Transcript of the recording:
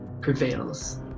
prevails